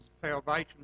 salvation